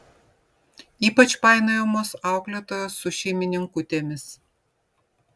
ypač painiojamos auklėtojos su šeimininkutėmis